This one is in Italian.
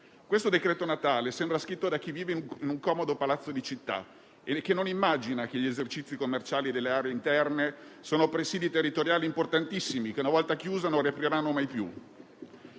Questo decreto Natale sembra scritto da chi vive in un comodo palazzo di città e non immagina che gli esercizi commerciali delle aree interne sono presidi territoriali importantissimi che, una volta chiusi, non riapriranno mai più.